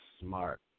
smart